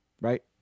Right